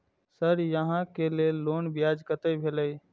Sir यहां के loan ब्याज कतेक भेलेय?